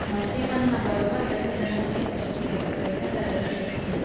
मनसे मन ह बरोबर जघा जघा निवेस करके अपन पइसा ल रखे रहिथे